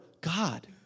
God